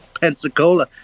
Pensacola